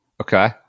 Okay